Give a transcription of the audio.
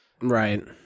Right